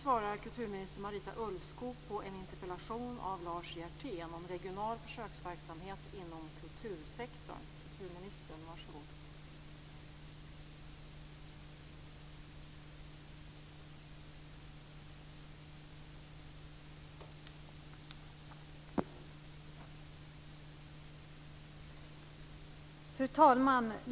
Fru talman!